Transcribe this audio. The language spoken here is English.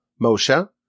Moshe